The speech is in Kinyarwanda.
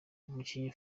umukinnyi